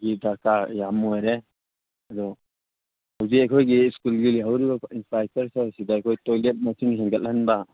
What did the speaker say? ꯒꯤ ꯗꯔꯀꯥꯔ ꯌꯥꯝ ꯑꯣꯏꯔꯦ ꯑꯗꯣ ꯍꯧꯖꯤꯛ ꯑꯩꯈꯣꯏꯒꯤ ꯁ꯭ꯀꯨꯜꯒꯤ ꯂꯩꯍꯧꯔꯤꯕ ꯏꯟꯐ꯭ꯔꯥꯏꯁꯇ꯭ꯔꯆꯔꯁꯤꯗ ꯑꯩꯈꯣꯏ ꯇꯣꯏꯂꯦꯠ ꯃꯁꯤꯡ ꯍꯦꯟꯒꯠꯍꯟꯕ